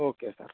okay sir